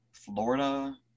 Florida